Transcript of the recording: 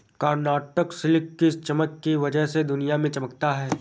Karnataka silk की चमक की वजह से दुनिया में चमकता है